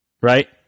right